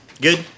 Good